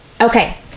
Okay